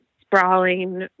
sprawling